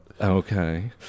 Okay